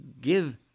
Give